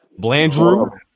Blandrew